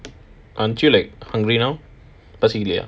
aren't you like hungry now பசிக்கல்லையா:pasikallaya